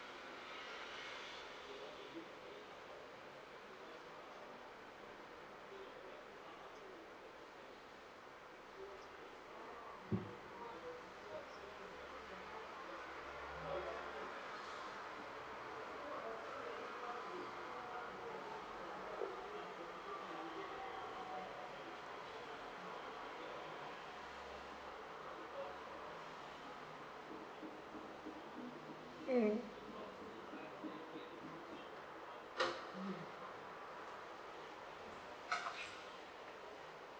mm